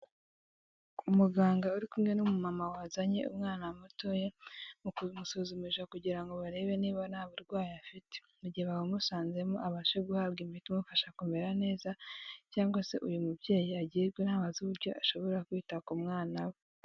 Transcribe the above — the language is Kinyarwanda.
Umuganga uri kumwe numu mamama wazanye umwana mutoya mu ku musuzumisha kugira ngo barebe niba nta burwayi afite mu gihe babumusanzemo abashe guhabwa imiti imufasha kumera neza cyangwa se uyu mubyeyi agirwe inama azi uburyo ashobora kwita ku mwana we.